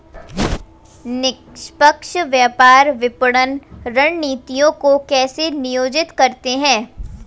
निष्पक्ष व्यापार विपणन रणनीतियों को कैसे नियोजित करते हैं?